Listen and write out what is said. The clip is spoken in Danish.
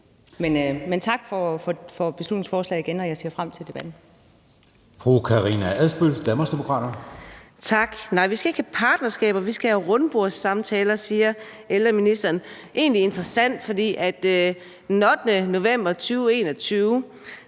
sige tak for beslutningsforslaget, og jeg ser frem til debatten.